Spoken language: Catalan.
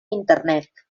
internet